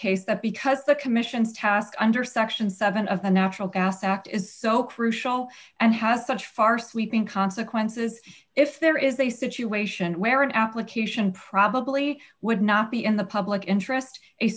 case that because the commission's task under section seven of the natural gas act is so crucial and has such far sweeping consequences if there is a situation where an application probably would not be in the public interest a